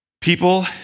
People